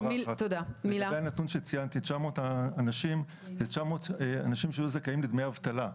הבהרה לגבי הנתון שציינתי: זה 900 אנשים שהיו זכאים לדמי אבטלה.